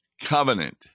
Covenant